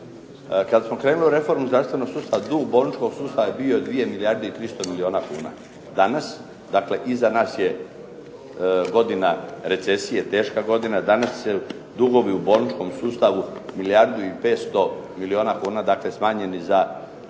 kad smo krenuli u reformu zdravstvenog sustava dug bolničkog sustava je bio 2 milijarde i 300 milijuna kuna. Danas, dakle iza nas je godina recesije, teška godina, danas se dugovi u bolničkom sustavu milijardu i 500 milijuna kuna, dakle smanjeni za